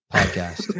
podcast